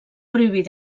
prohibir